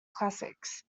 classics